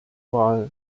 wahl